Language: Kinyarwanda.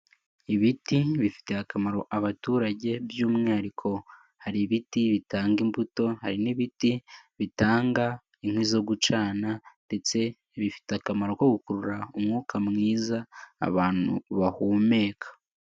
Ibiti bifitiye akamaro abaturage by'umwihariko hari ibiti bitanga imbuto, hari n'ibiti bitanga inkwi zo gucana ndetse bifite akamaro ko gukurura umwuka mwiza abantu bahumeka.